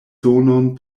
sonon